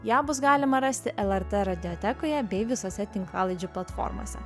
ją bus galima rasti lrt radijotekoje bei visose tinklalaidžių platformose